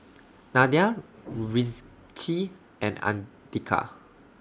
Nadia Rizqi and Andika